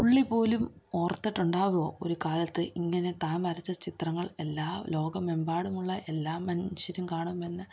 പുള്ളി പോലും ഓർത്തിട്ടുണ്ടാകുമോ ഒരു കാലത്ത് ഇങ്ങനെ താൻ വരച്ച ചിത്രങ്ങൾ എല്ലാം ലോകമെമ്പാടുമുള്ള എല്ലാ മനുഷ്യരും കാണുമെന്ന്